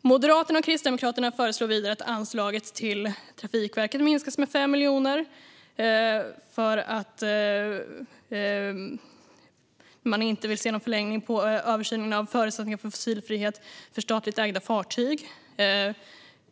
Moderaterna och Kristdemokraterna föreslår vidare att anslaget till Trafikverket ska minskas med 5 miljoner, eftersom man inte vill se en förlängning av översynen av förutsättningarna för fossilfrihet för statligt ägda fartyg.